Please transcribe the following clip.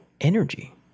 energy